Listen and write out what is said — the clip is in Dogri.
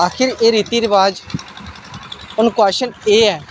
आखर एह् रिती रवाज हून कोशचन एह् ऐ